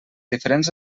diferents